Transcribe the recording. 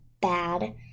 bad